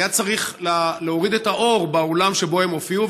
היה צריך להוריד את האור באולם שבו הן הופיעו,